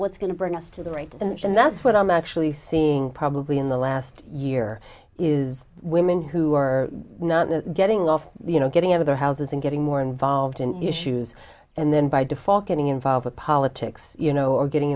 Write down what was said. what's going to bring us to the right image and that's what i'm actually seeing probably in the last year is women who are not the getting off the you know getting out of their houses and getting more involved in issues and then by default getting involved in politics you know or getting